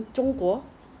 ya Ezbuy quite